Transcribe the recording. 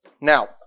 Now